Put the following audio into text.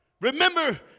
Remember